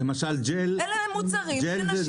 אלה מוצרים שנשים